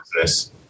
business